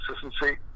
consistency